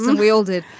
we all did.